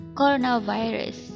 coronavirus